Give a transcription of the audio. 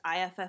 IFF